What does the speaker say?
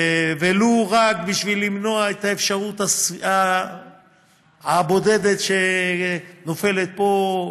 אז ולו בשביל למנוע את האפשרות הבודדת שנופלת פה,